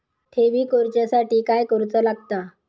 ठेवी करूच्या साठी काय करूचा लागता?